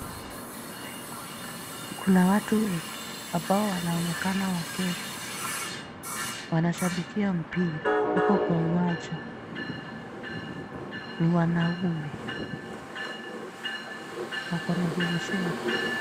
Kuna watu wemgi ambao wanaonekana wakenya, wanashabikia mpira, wako kwa uwamja, ni wanaume wako na vuvuzela.